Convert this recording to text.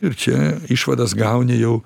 ir čia išvadas gauni jau